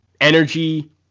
energy